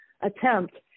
attempt